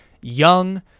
young